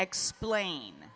explain